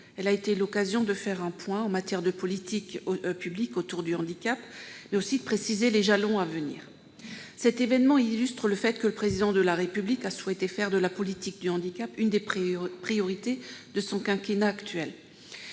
Elle a été l'occasion de faire un point sur la politique publique du handicap, mais aussi de préciser les jalons à venir. Cet événement illustre le fait que le Président de la République a souhaité faire de la politique du handicap l'une des priorités de son quinquennat actuel.